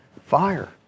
fire